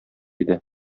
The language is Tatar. иде